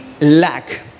lack